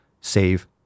Save